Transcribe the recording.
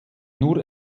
nur